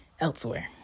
elsewhere